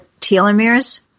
telomeres